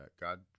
God